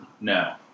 No